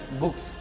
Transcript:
books